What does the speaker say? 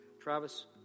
Travis